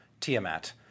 Tiamat